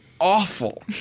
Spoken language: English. awful